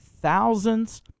thousands